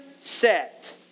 set